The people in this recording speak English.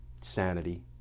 sanity